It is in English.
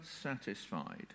satisfied